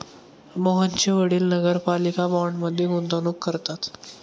मोहनचे वडील नगरपालिका बाँडमध्ये गुंतवणूक करतात